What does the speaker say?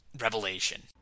revelation